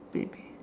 maybe